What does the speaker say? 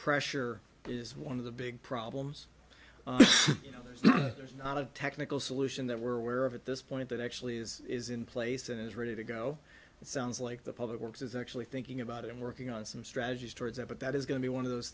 pressure is one of the big problems you know there's not a technical solution that we're aware of at this point that actually is is in place and is ready to go it sounds like the public works is actually thinking about it and working on some strategies towards that but that is going to be one of those